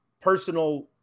personal